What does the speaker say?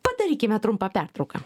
padarykime trumpą pertrauką